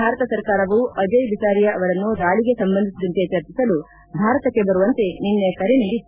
ಭಾರತ ಸರ್ಕಾರವು ಅಜಯ ಬಿಸಾರಿಯಾ ಅವರನ್ನು ದಾಳಿಗೆ ಸಂಬಂಧಿಸಿದಂತೆ ಚರ್ಚಿಸಲು ಭಾರತಕ್ಕೆ ಬರುವಂತೆ ನಿನ್ನೆ ಕರೆ ನೀಡಿತ್ತು